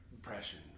depression